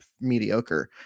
mediocre